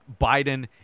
Biden